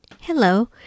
Hello